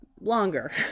longer